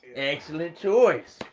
excellent choice.